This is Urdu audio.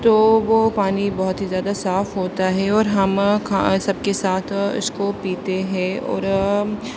تو وہ پانی بہت ہی زیادہ صاف ہوتا ہے اور ہم کھا سب کے ساتھ اس کو پیتے ہیں اور